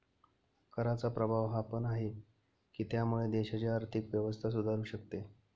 कराचा प्रभाव हा पण आहे, की त्यामुळे देशाची आर्थिक व्यवस्था सुधारू शकते